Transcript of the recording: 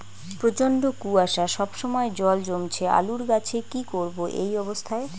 প্রচন্ড কুয়াশা সবসময় জল জমছে আলুর গাছে কি করব এই অবস্থায়?